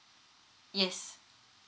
yes